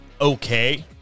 okay